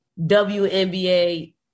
WNBA